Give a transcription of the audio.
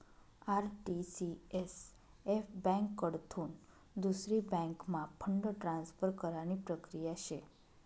RTCSF ब्यांककडथून दुसरी बँकम्हा फंड ट्रान्सफर करानी प्रक्रिया शे